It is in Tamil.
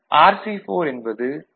RC4 என்பது 1